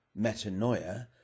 metanoia